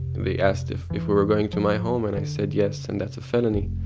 they asked if if we were going to my home, and i said yes, and that's a felony,